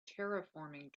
terraforming